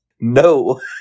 No